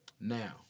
Now